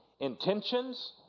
Intentions